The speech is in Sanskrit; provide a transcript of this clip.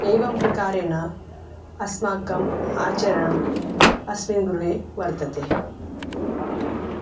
एवं प्रकारेण अस्माकम् आचरणम् अस्मिन् गृहे वर्तते